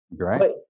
Right